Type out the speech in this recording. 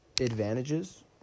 Advantages